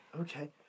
Okay